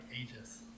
ages